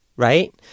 Right